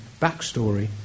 backstory